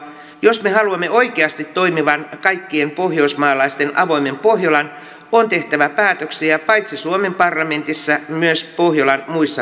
jos me haluamme oikeasti toimivan kaikkien pohjoismaalaisten avoimen pohjolan on tehtävä päätöksiä paitsi suomen parlamentissa myös pohjolan muissa parlamenteissa